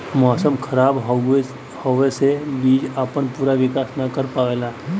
मौसम खराब होवे से बीज आपन पूरा विकास न कर पावेला